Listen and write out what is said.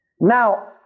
now